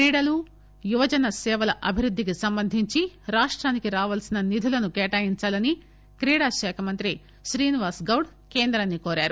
క్రీడలు యువజన సేవల అభివృద్ధికి సంబంధించి రాష్టానికి రావాల్సిన నిధులను కేటాయించాలని క్రీడాశాఖా మంత్రి శ్రీనివాస్ గౌడ్ కేంద్రాన్సి కోరారు